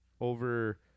Over